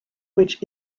which